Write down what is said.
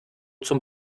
zum